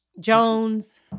Jones